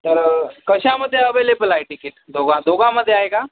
तर कशामध्ये अवेलेबल आहे तिकीट दोघ दोघामध्ये आहे का